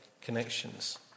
connections